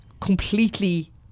completely